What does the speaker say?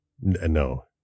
No